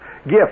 gift